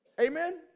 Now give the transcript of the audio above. Amen